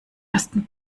ersten